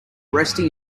resting